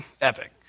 epic